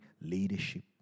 leadership